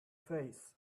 face